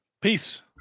Peace